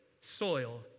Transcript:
soil